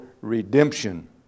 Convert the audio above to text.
redemption